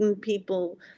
people